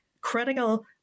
critical